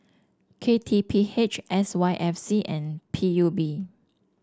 K T P H S Y F C and P U B